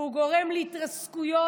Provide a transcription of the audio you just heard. והוא גורם להתרסקויות